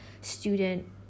student